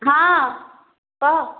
ହଁ କହ